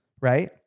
right